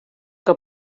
que